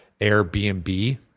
Airbnb